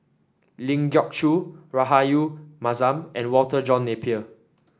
Ling Geok Choon Rahayu Mahzam and Walter John Napier